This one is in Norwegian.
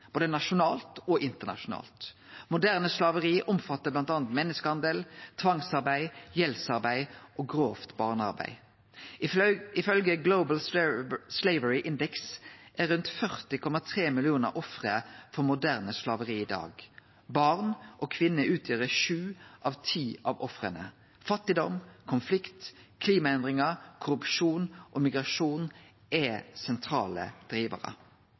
menneskehandel, tvangsarbeid, gjeldsarbeid og grovt barnearbeid. Ifølgje Global Slavery Index er rundt 40,3 millionar ofre for moderne slaveri i dag. Barn og kvinner utgjer sju av ti av ofra. Fattigdom, konflikt, klimaendringar, korrupsjon og migrasjon er sentrale